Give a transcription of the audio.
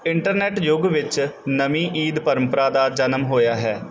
internet ਯੁੱਗ ਵਿੱਚ ਨਵੀਂ ਈਦ ਪਰੰਪਰਾ ਦਾ ਜਨਮ ਹੋਇਆ ਹੈ